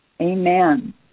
Amen